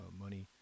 money